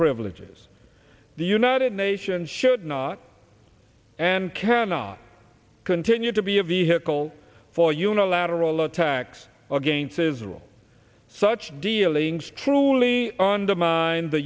privileges the united nations should not and cannot continue to be a vehicle for unilateral attacks against israel such dealings truly undermine the